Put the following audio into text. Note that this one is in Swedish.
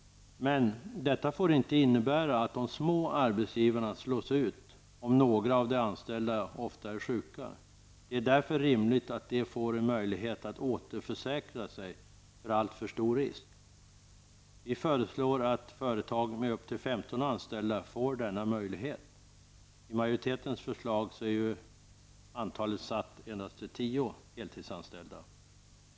Men detta får inte innebära att de små arbetsgivarna slås ut om några av de anställda ofta är sjuka. Det är därför rimligt att de får en möjlighet att återförsäkra sig för alltför stor risk. Vi föreslår att företag med upp till 15 anställda får denna möjlighet. I majoritetens förslag är antalet satt endast till 10 heltidsanställda.